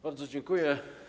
Bardzo dziękuję.